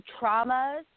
traumas